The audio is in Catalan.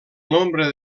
nombre